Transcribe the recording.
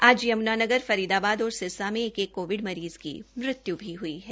आज यम्नानगर फरीदबाद और सिरसा में एक एक कोविड मरीज़ की मृत्यु भी हुई है